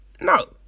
No